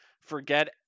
forget